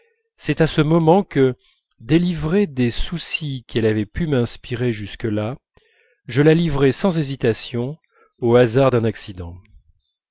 c'est à ce moment que délivré des soucis qu'elle avait pu m'inspirer jusque-là je la livrais sans hésitation au hasard d'un accident